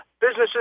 businesses